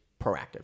proactive